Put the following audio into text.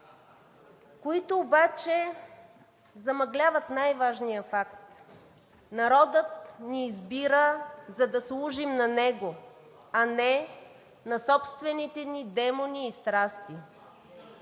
които обаче замъгляват най-важния факт – народът ни избира, за да служим на него, а не на собствените ни демони и страсти.